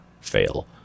Fail